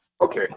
Okay